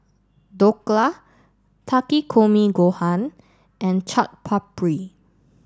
Dhokla Takikomi Gohan and Chaat Papri